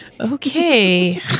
Okay